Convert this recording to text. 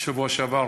בשבוע שעבר